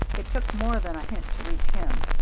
it took more than a hint to reach him.